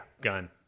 gun